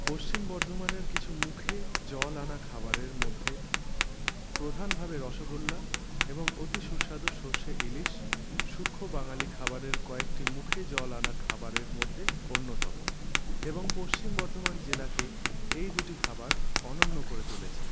পশ্চিম বর্ধমানের কিছু মুখে জল আনা খাবারের মধ্যে প্রধানভাবে রসগোল্লা এবং অতি সুস্বাদু সর্ষে ইলিশ সূক্ষ্ম বাঙালি খাবারের কয়েকটি মুখে জল আনা খাবারের মধ্যে অন্যতম এবং পশ্চিম বর্ধমান জেলাকে এই দুটি খাবার অনন্য করে তুলেছে